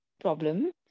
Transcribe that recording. problem